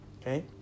Okay